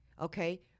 Okay